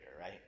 right